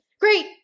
great